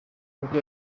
nibwo